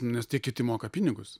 nes tie kiti moka pinigus